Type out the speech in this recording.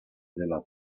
della